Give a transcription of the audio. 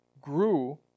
grew